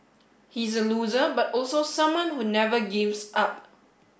he's a loser but also someone who never gives up